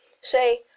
say